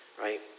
right